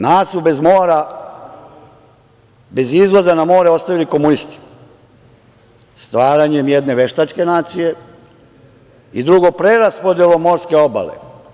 Nas su bez mora, bez izlaza na more, ostavili komunisti, stvaranjem jedne veštačke nacije i preraspodelom morske obale.